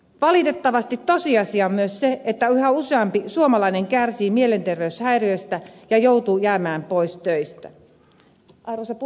valitettavasti tosiasia on myös se että yhä useampi suomalainen kärsii mielenterveyshäiriöistä ja joutuu jäämään pois töistä